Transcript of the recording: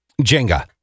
Jenga